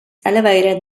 elevated